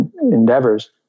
endeavors